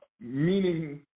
meaning